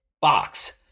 box